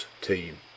team